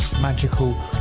magical